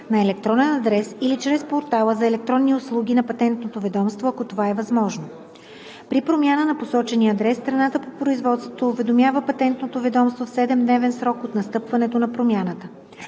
на електронен адрес или чрез портала за електронни услуги на Патентното ведомство, ако това е възможно. При промяна на посочения адрес страната по производството уведомява Патентното ведомство в 7-дневен срок от настъпването на промяната.